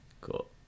Cool